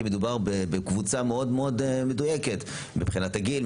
מדובר בקבוצה מאוד מאוד מדויקת מבחינת הגיל,